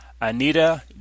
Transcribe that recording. Anita